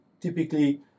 typically